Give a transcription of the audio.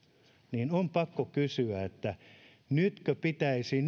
niin on pakko kysyä että nytkö pitäisi